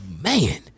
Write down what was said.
Man